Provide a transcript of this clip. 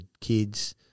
kids